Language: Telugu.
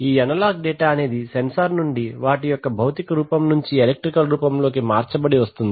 ఈ అనలాగ్ డేటా అనేది సెన్సార్ నుండి వాటి యొక్క భౌతిక రూపం నుంచి ఎలక్ట్రికల్ రూపంలోకి మార్చబడి వస్తుంది